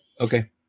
Okay